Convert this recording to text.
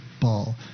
ball